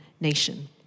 nation